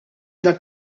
dan